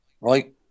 right